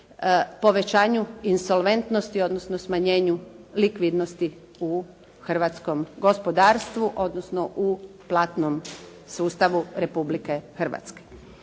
povećanju insolventnosti, odnosno smanjenju likvidnosti u hrvatskom gospodarstvu, odnosno u platnom sustavu Republike Hrvatske.